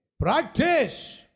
Practice